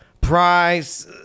price